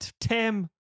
Tim